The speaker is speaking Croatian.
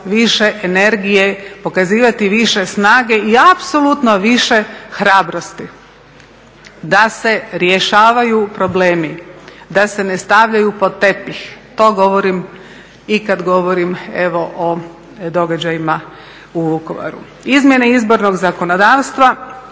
više energije, pokazivati više snage i apsolutno više hrabrosti da se rješavaju problemi, da se ne stavljaju pod tepih. To govorim i kada govorim o događajima u Vukovaru. Izmjene izbornog zakonodavstva